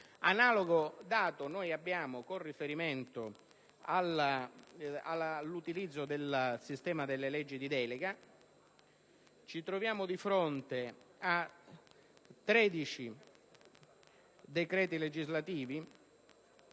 Analogo dato rileviamo con riferimento all'utilizzo del sistema delle leggi di delega: ci troviamo di fronte a 13 decreti legislativi